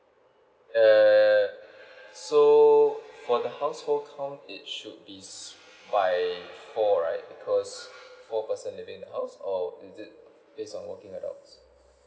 err so for the household count it should be by four right cause for person living in the house or based on working adults